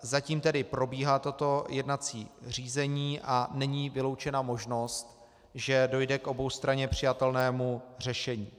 Zatím tedy probíhá toto jednací řízení a není vyloučena možnost, že dojde k oboustranně přijatelnému řešení.